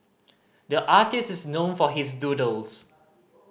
the artist is known for his doodles